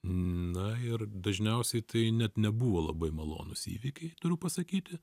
na ir dažniausiai tai net nebuvo labai malonūs įvykiai turiu pasakyti